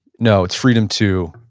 no, it's freedom too.